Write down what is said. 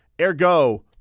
Ergo